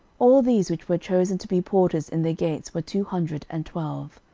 all these which were chosen to be porters in the gates were two hundred and twelve.